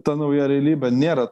ta nauja realybė nėra